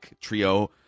trio